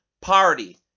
Party